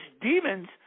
demons